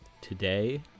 today